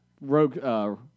Rogue